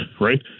right